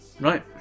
right